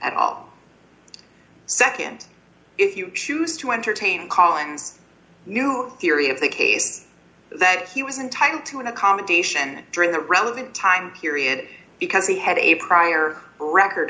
at all nd if you choose to entertain calling new theory of the case that he was entitled to an accommodation during the relevant time period because he had a prior record